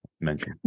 mention